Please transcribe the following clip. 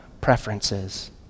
preferences